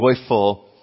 joyful